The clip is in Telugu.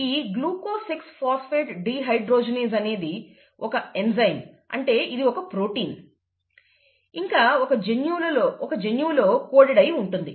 ఈ గ్లూకోజ్ సిక్స్ ఫాస్పేట్ డిహైడ్రోజినేస్ అనేది ఒక ఎంజైమ్ అంటే ఇది ఒక ప్రోటీన్ ఇంకా ఒక జన్యువులోని కోడెడ్ అయ్యి ఉంటుంది